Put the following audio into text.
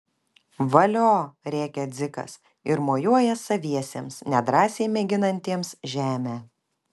valio rėkia dzikas ir mojuoja saviesiems nedrąsiai mėginantiems žemę